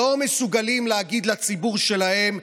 לא מסוגלים להגיד לציבור שלהם.